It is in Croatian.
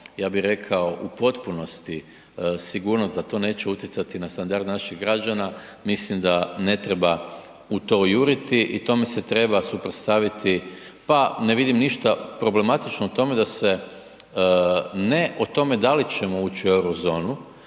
ja bih rekao u potpunosti sigurnost da to neće utjecati na standard naših građana mislim da ne treba u to juriti i tome se treba suprotstaviti. Pa ne vidim ništa problematično u tome da se ne o tome da li ćemo ući u Eurozonu,